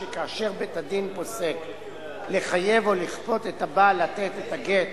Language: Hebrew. שכאשר בית-הדין פוסק לחייב או לכפות את הבעל לתת את הגט